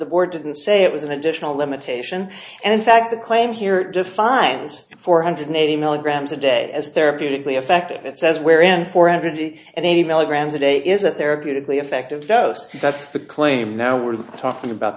the board didn't say it was an additional limitation and in fact the claim here defines four hundred eighty milligrams a day as therapeutically effective it says where in four hundred and eighty milligrams a day is a therapeutically effective dose that's the claim now we're talking about